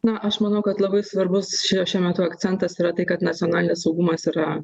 na aš manau kad labai svarbus ši šiuo metu akcentas yra tai kad nacionalinis saugumas yra